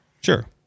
sure